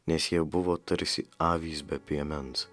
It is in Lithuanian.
nes jie buvo tarsi avys be piemens